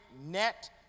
net